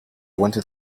wanted